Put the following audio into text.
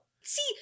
see